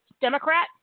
democrat